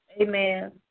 Amen